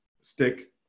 stick